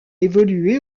évoluait